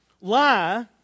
lie